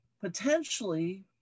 potentially